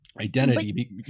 identity